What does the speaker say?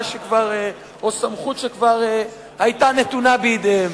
הסמכות כבר היתה נתונה בידיהם.